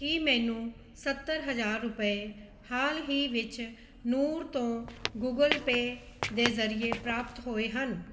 ਕੀ ਮੈਨੂੰ ਸੱਤਰ ਹਜ਼ਾਰ ਰੁਪਏ ਹਾਲ ਹੀ ਵਿੱਚ ਨੂਰ ਤੋਂ ਗੂਗਲ ਪੇ ਦੇ ਜ਼ਰੀਏ ਪ੍ਰਾਪਤ ਹੋਏ ਹਨ